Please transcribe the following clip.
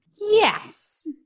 Yes